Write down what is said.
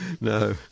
No